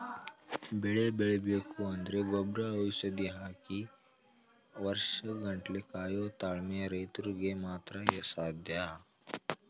ಬೆಳೆ ಬೆಳಿಬೇಕು ಅಂದ್ರೆ ಗೊಬ್ರ ಔಷಧಿ ಹಾಕಿ ವರ್ಷನ್ ಗಟ್ಲೆ ಕಾಯೋ ತಾಳ್ಮೆ ರೈತ್ರುಗ್ ಮಾತ್ರ ಸಾಧ್ಯ